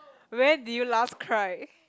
when did you last cry